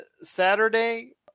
Saturday